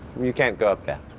you can't go up there.